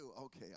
Okay